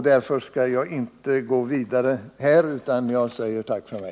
Därför skall jag inte fortsätta längre utan säger tack för mig.